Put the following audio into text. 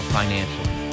financially